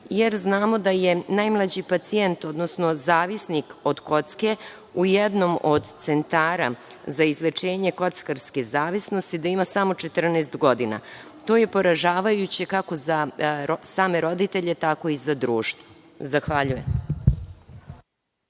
jer znamo da je najmlađi pacijent, odnosno zavisnik od kocke u jednom od centara za izlečenje kockarske zavisnosti da ima samo 14 godina. To je poražavajuće, kako za same roditelje, tako i za društvo. Zahvaljujem.